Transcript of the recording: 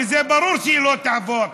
ברור שהיא לא תעבור,